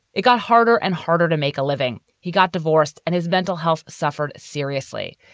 it got harder and harder to make a living. he got divorced and his mental health suffered seriously.